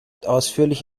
ausführlich